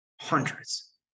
hundreds